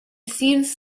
seems